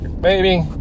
baby